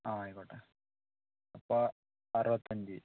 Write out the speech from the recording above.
ആ ആയിക്കോട്ടെ അപ്പം അറുപത്തഞ്ച്